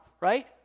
right